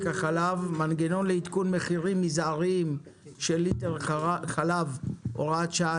החלב (מנגנון לעדכון מחירים מזעריים של ליטר חלב) (הוראת שעה),